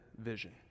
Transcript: vision